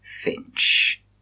Finch